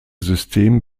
system